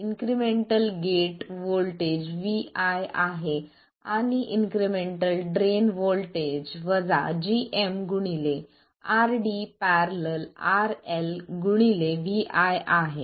incremental gate voltage vi आहे आणि incremental drain voltage gm RD ║ RL vi आहे